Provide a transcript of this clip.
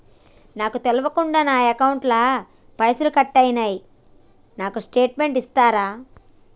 నాకు తెల్వకుండా నా అకౌంట్ ల పైసల్ కట్ అయినై నాకు స్టేటుమెంట్ ఇస్తరా?